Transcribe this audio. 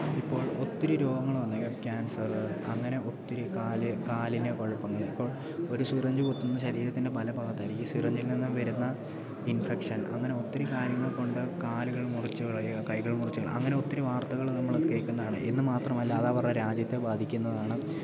ഇപ്പോൾ ഒത്തിരി രോഗങ്ങൾ വന്നു കാൻസർ അങ്ങനെ ഒത്തിരി കാല് കാലിന് കുഴപ്പങ്ങൾ ഇപ്പോൾ ഒരു സിറ്ഞ്ച് കുത്തുന്നു ശരീരത്തിൻ്റെ പല ഭാഗങ്ങളിലും ഈ സിറ്ഞ്ചിൽനിന്ന് വരുന്ന ഇൻഫെക്ഷൻ അങ്ങനെ ഒത്തിരി കാര്യങ്ങൾ കൊണ്ട് കാലുകൾ മുറിച്ചുകളയുക കൈകൾ മുറിച്ചുകളയുക അങ്ങനെ ഒത്തിരി വാർത്തകൾ നമ്മൾ കേൾക്കുന്നതാണ് എന്നുമാത്രമല്ല അത് അവരുടെ രാജ്യത്തെ ബാധിക്കുന്നതാണ്